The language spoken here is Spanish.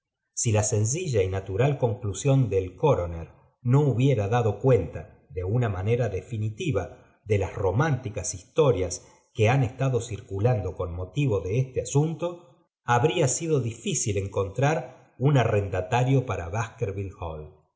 si ja sencilla y natural conciusión del coroner no hubiera dado cuenta de una manera definitiva de las románticas histonas que han estado circulando con motivo de oste asunto habría sido difícil encontrar un arrendatano para